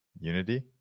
Unity